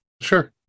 Sure